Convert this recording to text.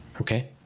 Okay